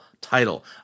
title